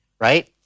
right